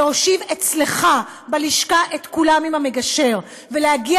להושיב אצלך בלשכה את כולם עם המגשר ולהגיע